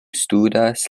studas